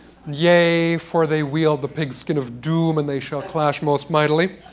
yea, for they wield the pigskin of doom, and they shall clash most mightily.